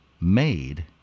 made